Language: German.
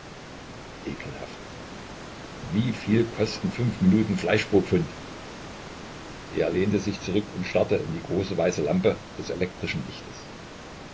ekelhaft wie viel kostet fünf minuten fleisch pro pfund er lehnte sich zurück und starrte in die große weiße lampe des elektrischen lichtes